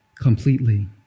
completely